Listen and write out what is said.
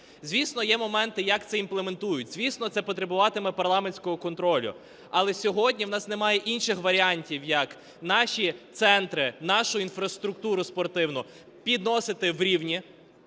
Звісно є моменти, як це імплементують, звісно, це потребуватиме парламентського контролю, але сьогодні в нас немає інших варіантів, як наші центри, нашу інфраструктуру спортивну підносити в рівні.